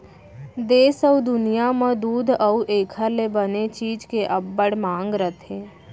देस अउ दुनियॉं म दूद अउ एकर ले बने चीज के अब्बड़ मांग रथे